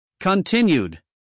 continued